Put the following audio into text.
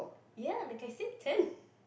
ya like I said ten